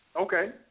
Okay